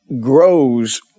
grows